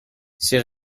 c’est